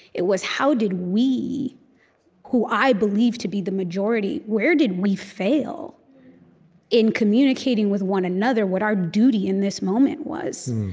it was how did we who i believe to be the majority where did we fail in communicating with one another what our duty in this moment was?